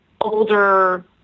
older